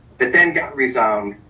but then got rezoned.